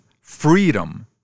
freedom